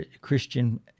Christian